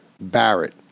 Barrett